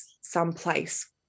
someplace